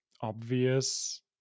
obvious